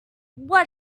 what